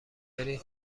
برین